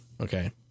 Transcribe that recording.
Okay